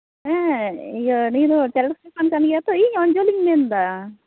ᱦᱮᱸ ᱤᱭᱟᱹ ᱱᱤᱭᱟᱹ ᱫᱚ ᱜᱮᱭᱟ ᱛᱚ ᱤᱧ ᱚᱧᱡᱚᱞᱤᱧ ᱢᱮᱱ ᱮᱫᱟ